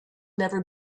never